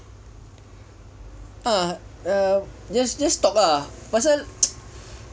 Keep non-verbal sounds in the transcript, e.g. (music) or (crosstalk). ah err just talk ah pasal (noise)